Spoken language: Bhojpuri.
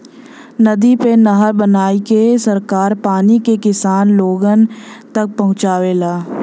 नदी पे नहर बनाईके सरकार पानी के किसान लोगन तक पहुंचावेला